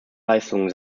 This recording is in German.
leistungen